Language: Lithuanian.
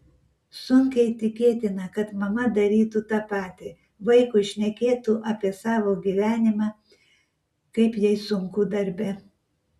sunkiai tikėtina kad mama darytų tą patį vaikui šnekėtų apie savo gyvenimą kaip jai sunku darbe